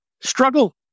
struggle